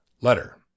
Letter